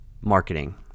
marketing